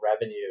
revenue